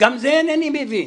גם זה אינני מבין.